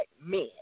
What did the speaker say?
men